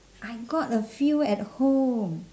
I got a few at home